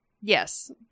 Yes